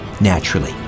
naturally